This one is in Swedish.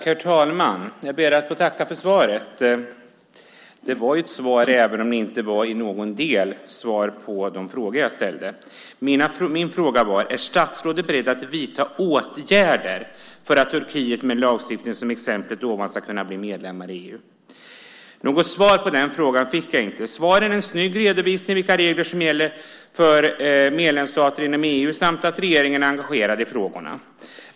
Herr talman! Jag ber att få tacka för svaret. Det var ett svar även om det inte i någon del var svar på de frågor som jag ställde. Min fråga var: Är statsrådet beredd att vidta åtgärder för att Turkiet, med en lagstiftning som i exemplet ovan, ska kunna bli medlemmar i EU? Något svar på den frågan fick jag inte. Svaret är en snygg redovisning av vilka regler som gäller för medlemsstater inom EU samt att regeringen är engagerad i frågorna.